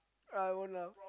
I won't lah